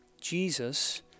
Jesus